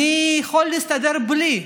אני יכול להסתדר בלי.